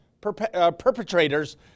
perpetrators